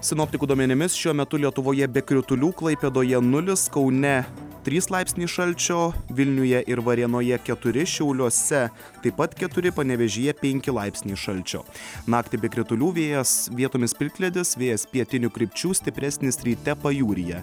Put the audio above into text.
sinoptikų duomenimis šiuo metu lietuvoje be kritulių klaipėdoje nulis kaune trys laipsniai šalčio vilniuje ir varėnoje keturi šiauliuose taip pat keturi panevėžyje penki laipsniai šalčio naktį be kritulių vėjas vietomis plikledis vėjas pietinių krypčių stipresnis ryte pajūryje